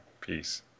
peace